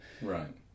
Right